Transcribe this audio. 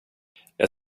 jag